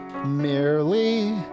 Merely